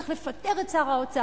צריך לפטר את שר האוצר.